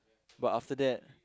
but after that